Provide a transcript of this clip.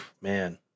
Man